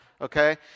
okay